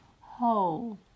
hold